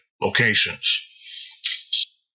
locations